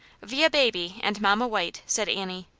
vid baby and mamma white, said annie.